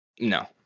No